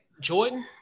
Jordan